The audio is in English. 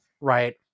Right